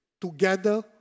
together